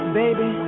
baby